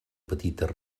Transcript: petites